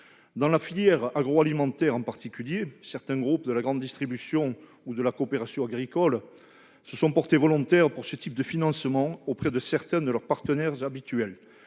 Dans la filière agroalimentaire, en particulier, des groupes de la grande distribution ou de la coopération agricole se sont portés volontaires pour ce type de financements auprès de certains de leurs partenaires habituels.